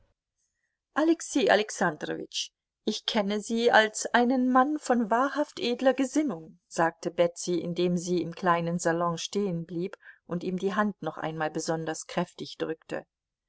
alexei alexandrowitsch ich kenne sie als einen mann von wahrhaft edler gesinnung sagte betsy indem sie im kleinen salon stehenblieb und ihm die hand noch einmal besonders kräftig drückte